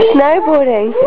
Snowboarding